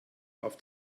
auf